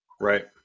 Right